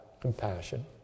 compassion